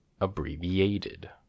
Abbreviated